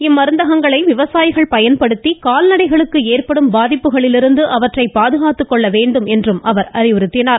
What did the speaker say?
இம்மருந்தகங்களை விவசாயிகள் பயன்படுத்தி கால்நடைகளுக்கு ஏற்படும் பாதிப்புகளிலிருந்து அவற்றை பாதுகாத்துக் கொள்ள வேண்டும் என்றும் அறிவுறுத்தினார்